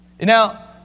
Now